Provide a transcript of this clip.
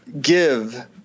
give